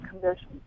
conditions